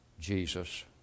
Jesus